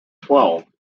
twelve